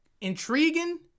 intriguing